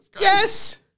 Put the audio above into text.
Yes